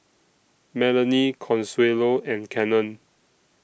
Melony Consuelo and Cannon